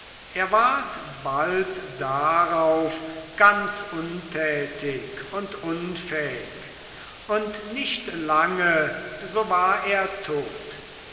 er ward bald darauf ganz untätig und unfähig und nicht lange so war er tat